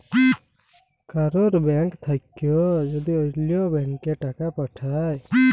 কারুর ব্যাঙ্ক থাক্যে যদি ওল্য ব্যাংকে টাকা পাঠায়